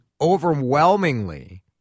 overwhelmingly